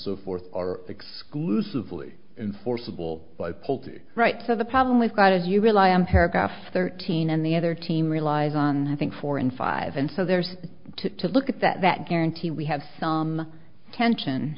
so forth are exclusively enforceable by pulte right so the problem we've got as you rely on paragraph thirteen and the other team relies on i think four and five and so there's to look at that guarantee we have some tension